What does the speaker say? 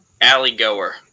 alley-goer